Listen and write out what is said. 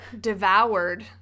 devoured